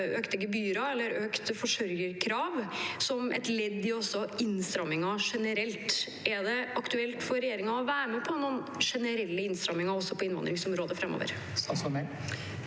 økte gebyrer eller økt forsørgerkrav som et ledd i innstramminger generelt. Er det aktuelt for regjeringen å være med på noen generelle innstramminger på innvandringsområdet framover?